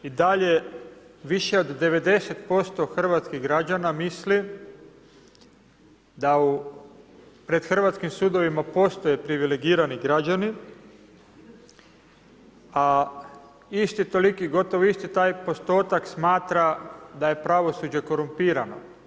Jer naime, i dalje više od 90% hrvatskih građana misli da pred hrvatskim sudovima postoje privilegirani građani, a isti toliki, gotovo isti taj postotak smatra da je pravosuđe korumpirano.